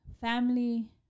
family